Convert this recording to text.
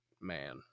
man